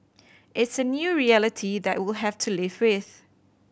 it's a new reality that we'll have to live with